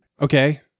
Okay